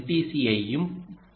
C யையும் M